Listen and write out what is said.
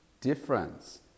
difference